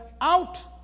out